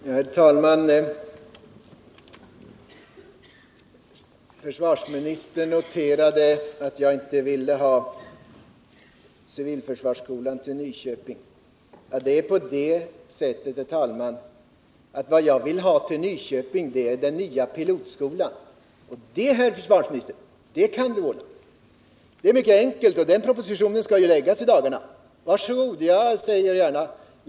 Herr talman! Försvarsministern noterade att jag inte ville ha civilförsvarsskolan till Nyköping. Vad jag vill ha till Nyköping är den nya pilotskolan. Och det, herr försvarsminister, kan vi ordna. Propositionen om den skall läggas i dagarna.